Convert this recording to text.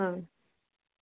ହଉ